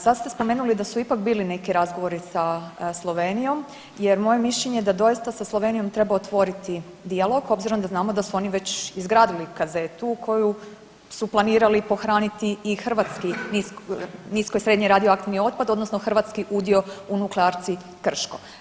Sad ste spomenuli da su ipak bili neki razgovori sa Slovenijom jer moje mišljenje je da doista sa Slovenijom treba otvoriti dijalog obzirom da znamo da su oni već izgradili kazetu koju su planirali pohraniti i hrvatski nisko i srednje radioaktivni otpad odnosno hrvatski udio u Nuklearci Krško.